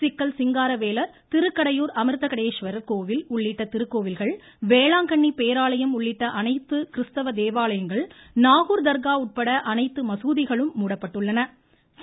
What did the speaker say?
சிக்கல் சிங்காரவேலர் திருக்கடையூர் அமிர்தகடேஸ்வரர் கோவில் உள்ளிட்ட திருக்கோவில்கள் வேளாங்கண்ணி பேராலயம் உள்ளிட்ட அனைத்து கிறிஸ்தவ தேவாலயங்கள் நாகூர் தர்கா உட்பட அனைத்து மசூதிகளும் மூடப்பட்டுள்ளன